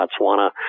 botswana